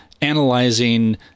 analyzing